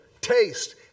taste